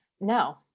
no